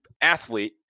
athlete